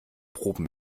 proben